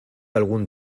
algún